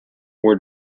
were